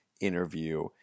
interview